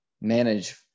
manage